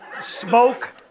Smoke